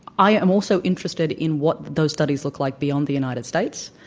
i am also interested in what those studies look like beyond the united states,